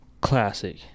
classic